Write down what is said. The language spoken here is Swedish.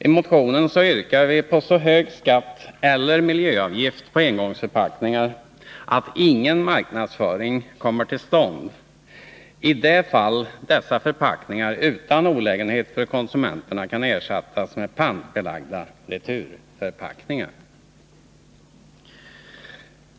I motionen yrkar vi på så hög skatt eller miljöavgift på engångsförpackningar att ingen marknadsföring kommer till stånd, i det fall dessa förpackningar utan olägenhet för konsumenterna kan ersättas med pantbelagda returförpackningar.